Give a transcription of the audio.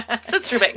Sister